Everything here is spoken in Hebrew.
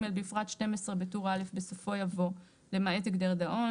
בפרט (12), בטור א', בסופו יבוא "למעט הגדר דאון".